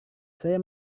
saya